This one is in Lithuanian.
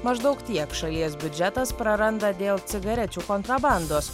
maždaug tiek šalies biudžetas praranda dėl cigarečių kontrabandos